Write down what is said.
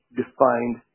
defined